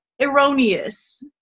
erroneous